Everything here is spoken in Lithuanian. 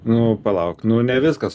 nu palauk nu ne viskas